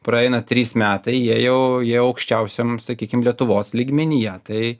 praeina trys metai jie jau jie aukščiausiams sakykim lietuvos lygmenyje tai